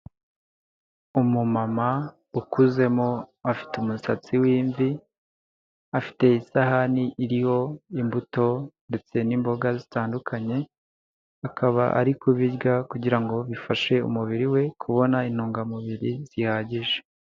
Umumama ukuzemo afite umusatsi w'imvi, afite isahani iriho imbuto ndetse n'imboga zitandukanye, akaba ari kubirya kugira ngo bifashe umubiri we kubona intungamubiri zihagije.